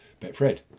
Betfred